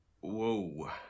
Whoa